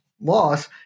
loss